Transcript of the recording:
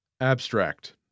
Abstract